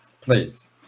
please